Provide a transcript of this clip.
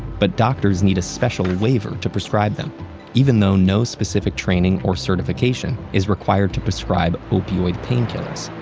but doctors need a special waiver to prescribe them even though no specific training or certification is required to prescribe opioid painkillers.